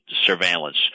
surveillance